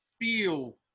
feel